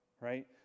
right